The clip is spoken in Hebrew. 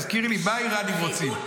תזכירי לי, מה האיראנים רוצים?